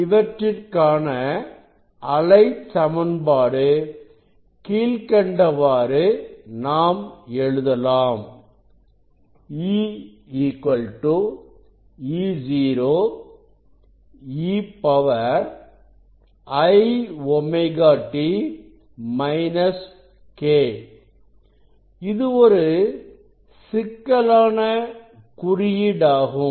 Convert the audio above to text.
இவற்றிற்கான அலைச் சமன்பாடு கீழ்க்கண்டவாறு நாம் எழுதலாம் E E0 e iωt k இது ஒரு சிக்கலான குறியீடாகும்